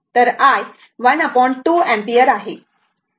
तरi 12 ampere आहे